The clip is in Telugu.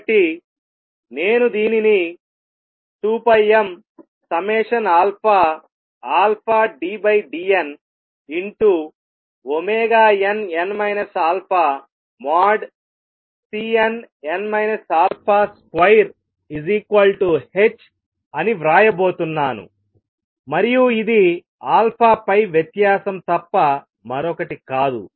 కాబట్టి నేను దీనిని 2πmddnnn α|Cnn α |2h అని వ్రాయబోతున్నాను మరియు ఇది పై వ్యత్యాసం తప్ప మరొకటి కాదు